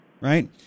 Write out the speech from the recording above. Right